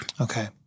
Okay